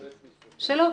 שלא.